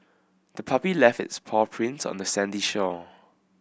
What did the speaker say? the puppy left its paw prints on the sandy shore